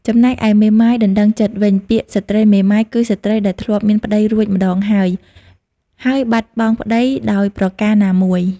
ចំណែកឯមេម៉ាយដណ្ដឹងចិត្តវិញ ពាក្យស្ត្រីមេម៉ាយគឺស្ត្រីដែលធ្លាប់មានប្ដីរួចម្ដងហើយៗបាត់បង់ប្ដីដោយប្រការណាមួយ ។